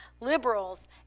Liberals